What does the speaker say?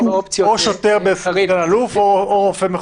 או שוטר סגן-ניצב או רופא מחוזי.